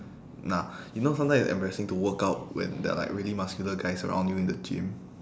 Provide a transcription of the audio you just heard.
nah you know sometimes it's embarrassing to workout when there are like really muscular guys around you in the gym